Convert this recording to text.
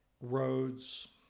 roads